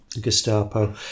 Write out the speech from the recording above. Gestapo